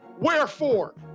Wherefore